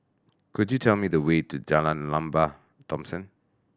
could you tell me the way to Jalan Lembah Thomson